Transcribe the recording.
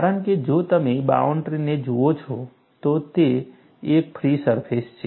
કારણ કે જો તમે બાઉન્ડરીને જુઓ છો તો તે એક ફ્રી સરફેસ છે